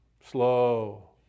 Slow